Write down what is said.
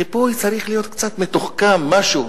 חיפוי צריך להיות קצת מתוחכם, משהו,